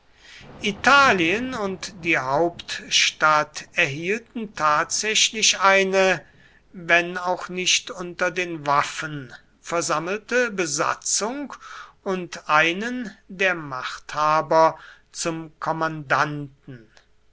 italien und die hauptstadt erhielten tatsächlich eine wenn auch nicht unter den waffen versammelte besatzung und einen der machthaber zum kommandanten